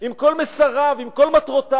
עם כל מסריו, עם כל מטרותיו.